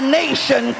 nation